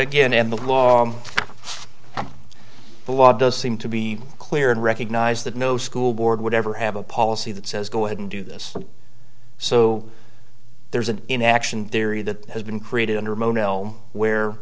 begin and the law the law does seem to be clear and recognize that no school board would ever have a policy that says go ahead and do this so there's an interaction theory that has been